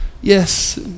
yes